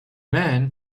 man